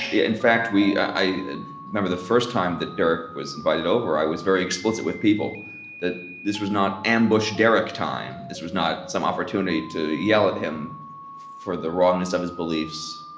in fact, we i remember, the first time that derek was invited over, i was very explicit with people that this was not ambush derek time. this was not some opportunity to yell at him for the wrongness of his beliefs,